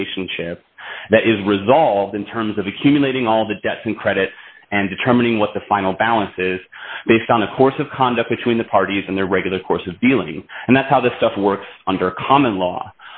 relationship that is resolved in terms of accumulating all the debts and credit and determining what the final balance is based on a course of conduct between the parties and their regular course of dealing and that's how this stuff works under common law